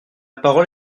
parole